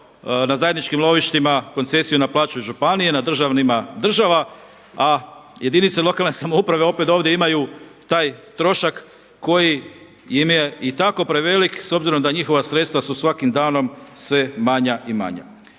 na zajedničkim lovištima koncesiju naplaćuju županije, na državnima država, a jedinice lokalne samouprave opet ovdje imaju taj trošak koji im je i tako prevelik s obzirom da njihova sredstva su svakim danom sve manja i manja.